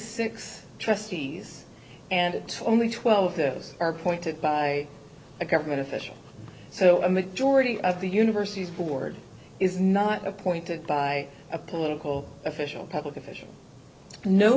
six trustees and it only twelve this are appointed by a government official so a majority of the university's board is not appointed by a political official public official no